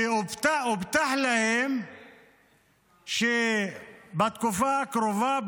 שהובטח להם שבתקופה הקרובה,